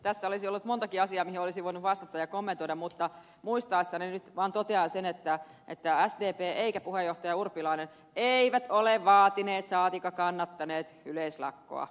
tässä olisi ollut montakin asiaa mihin olisin voinut vastata ja kommentoida mutta muistaessani nyt vaan totean sen ettei sdp eikä puheenjohtaja urpilainen ole vaatinut saati kannattanut yleislakkoa